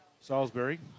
Salisbury